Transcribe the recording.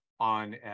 on